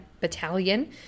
battalion